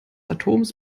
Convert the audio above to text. atoms